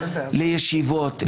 לישיבות,